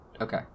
Okay